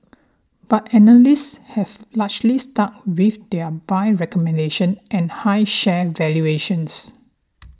but analysts have largely stuck with their buy recommendation and high share valuations